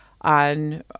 on